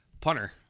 Punter